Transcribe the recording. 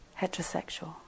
heterosexual